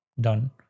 done